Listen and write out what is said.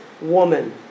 woman